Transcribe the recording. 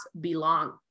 belong